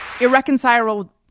irreconcilable